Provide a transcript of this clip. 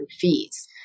fees